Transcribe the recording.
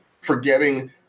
forgetting